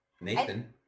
Nathan